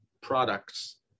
products